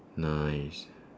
nice